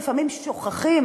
שלפעמים שוכחים